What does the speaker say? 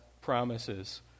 promises